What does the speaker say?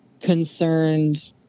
concerned